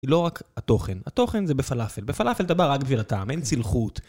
לא רק התוכן, התוכן זה בפלאפל. בפלאפל אתה בא רק בשביל הטעם, אין צלחות.